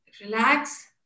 Relax